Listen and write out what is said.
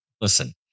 listen